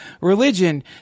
religion